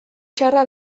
txarra